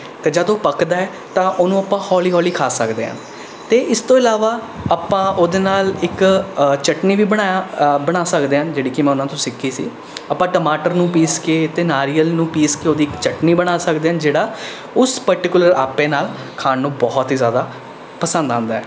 ਅਤੇ ਜਦ ਉਹ ਪੱਕਦਾ ਹੈ ਤਾਂ ਉਹਨੂੰ ਆਪਾਂ ਹੌਲੀ ਹੌਲੀ ਖਾ ਸਕਦੇ ਹਾਂ ਅਤੇ ਇਸ ਤੋਂ ਇਲਾਵਾ ਆਪਾਂ ਉਹਦੇ ਨਾਲ ਇੱਕ ਚੱਟਨੀ ਵੀ ਬਣਾਇਆ ਬਣਾ ਸਕਦੇ ਹਾਂ ਜਿਹੜੀ ਕਿ ਮੈਂ ਉਹਨਾਂ ਤੋਂ ਸਿੱਖੀ ਸੀ ਆਪਾਂ ਟਮਾਟਰ ਨੂੰ ਪੀਸ ਕੇ ਅਤੇ ਨਾਰੀਅਲ ਨੂੰ ਪੀਸ ਕੇ ਉਹਦੀ ਚੱਟਣੀ ਬਣਾ ਸਕਦੇ ਹਾਂ ਜਿਹੜਾ ਉਸ ਪਰਟੀਕੁਲਰ ਆਟੇ ਨਾਲ ਖਾਣ ਨੂੰ ਬਹੁਤ ਹੀ ਜ਼ਿਆਦਾ ਪਸੰਦ ਆਉਂਦਾ ਹੈ